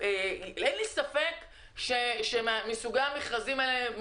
אין לי ספק שהגדולים מרוויחים מסוג המכרזים האלו.